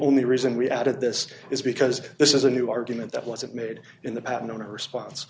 only reason we added this is because this is a new argument that wasn't made in the patent owner response